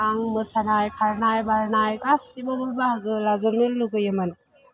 आं मोसानाय खारनाय बारनाय गासैबावबो बाहागो लाजोबनो लुगैयोमोन